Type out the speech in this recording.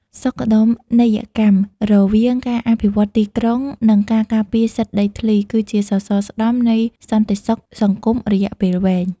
សុខដុមនីយកម្មរវាងការអភិវឌ្ឍទីក្រុង និងការការពារសិទ្ធិដីធ្លី គឺជាសសរស្តម្ភនៃសន្តិសុខសង្គមរយៈពេលវែង។